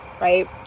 Right